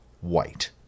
white